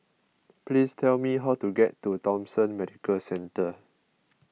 please tell me how to get to Thomson Medical Centre